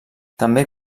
també